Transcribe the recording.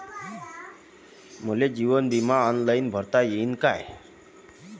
मले जीवन बिमा ऑनलाईन भरता येईन का?